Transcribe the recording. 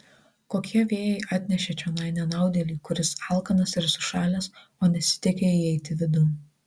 kokie vėjai atnešė čionai nenaudėlį kuris alkanas ir sušalęs o nesiteikia įeiti vidun